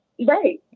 Right